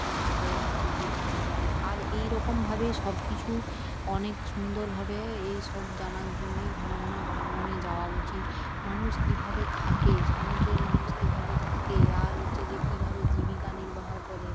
এভাবে হচ্ছে যে জানা যায় আর এই রকমভাবে সব কিছু অনেক সুন্দরভাবে এই সব জানার জন্যই ঘন ঘন ভ্রমণে যাওয়া উচিত মানুষ কীভাবে থাকে সমুদ্রের মানুষ কীভাবে থাকে আর হচ্ছে যে কীভাবে জীবিকা নির্বাহ করে